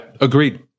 Agreed